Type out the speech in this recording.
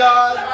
God